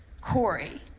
Corey